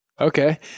Okay